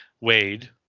Wade